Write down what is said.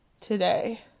today